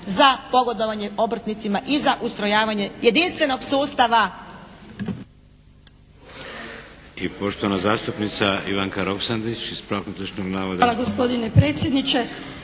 za pogodovanje obrtnicima i za ustrojavanje jedinstvenog sustava.